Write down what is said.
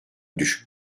düşük